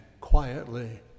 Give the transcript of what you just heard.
quietly